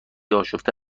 آشفته